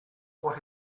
what